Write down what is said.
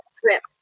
trip